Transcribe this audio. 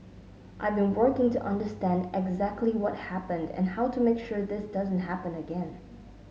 I've been working to understand exactly what happened and how to make sure this doesn't happen again